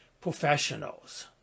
professionals